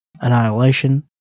Annihilation